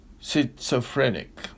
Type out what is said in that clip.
schizophrenic